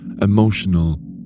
emotional